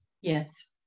Yes